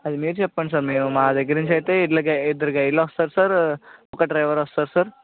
అది మీరు చెప్పండి సార్ మేము మాది మా దగ్గర నుంచి అయితే ఇద్దరు గైడ్లు వస్తారు సార్ ఒక డ్రైవర్ వస్తారు సార్